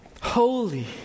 Holy